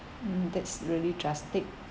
mm that's really drastic